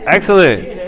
Excellent